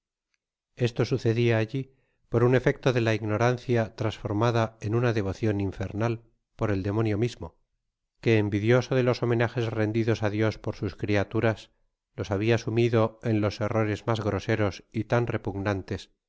esto sucedia alh por un efecto de la ignorancia transformada en una devocion infernal por el demonio mismo que envidioso de los homenajes rendidos a dios por sns criaturas los habia sumido en los errores mag groseros y tan repugnantes